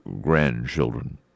grandchildren